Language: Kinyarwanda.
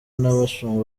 n’abashumba